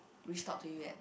we stop to you yet